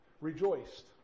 rejoiced